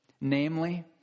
Namely